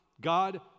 God